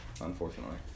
unfortunately